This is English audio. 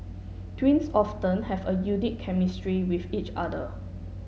twins often have a unique chemistry with each other